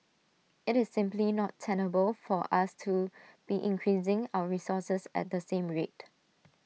IT is simply not tenable for us to be increasing our resources at the same rate